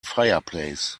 fireplace